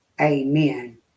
amen